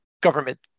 government